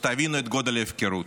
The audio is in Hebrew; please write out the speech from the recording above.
ותבינו את גודל ההפקרות.